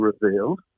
revealed